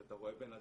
כשאתה רואה בנאדם